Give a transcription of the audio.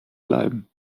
bleiben